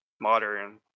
modern